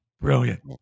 Brilliant